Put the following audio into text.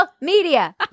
media